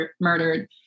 murdered